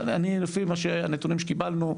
לפי הנתונים שקיבלנו,